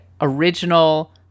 original